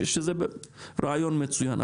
שזה רעיון מצוין.